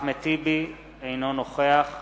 אינו נוכח